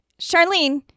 Charlene